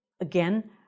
Again